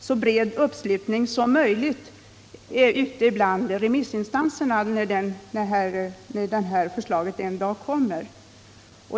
så bred uppslutning som möjligt bland remissinstanserna när förslaget en dag kommer.